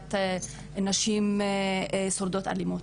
אוכלוסיית נשים שורדות אלימות.